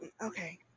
okay